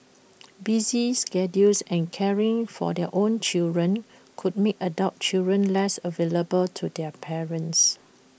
busy schedules and caring for their own children could make adult children less available to their parents